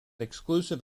exclusive